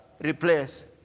replace